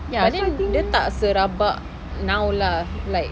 ya then dia tak serabak now lah like